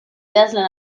idazlan